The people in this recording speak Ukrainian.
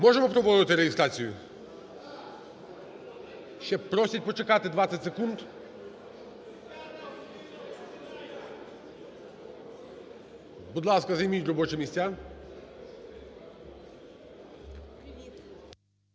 Можемо проводити реєстрацію? Ще просять почекати 20 секунд. Будь ласка, займіть робочі місця.